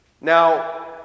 Now